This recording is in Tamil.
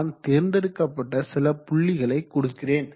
நான் தேர்ந்தெடுக்கப்பட்ட சில புள்ளிகளை கொடுக்கிறேன்